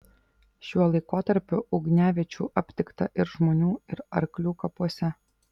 šiuo laikotarpiu ugniaviečių aptikta ir žmonių ir arklių kapuose